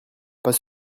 pas